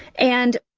and,